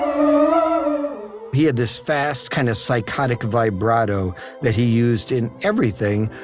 um he had this fast, kind of psychotic vibrato that he used in everything,